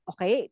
Okay